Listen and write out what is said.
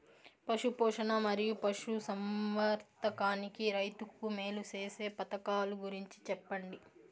పశు పోషణ మరియు పశు సంవర్థకానికి రైతుకు మేలు సేసే పథకాలు గురించి చెప్పండి?